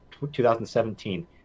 2017